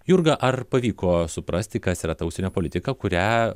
jurga ar pavyko suprasti kas yra ta užsienio politika kurią